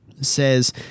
says